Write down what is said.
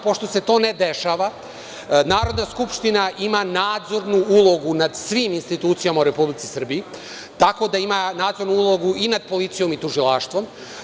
Pošto se to ne dešava, Narodna skupština ima nadzornu ulogu nad svim institucijama u Republici Srbiji, tako da ima nadzornu ulogu i nad policijom i tužilaštvom.